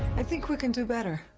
i think we can do better.